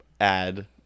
add